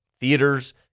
theaters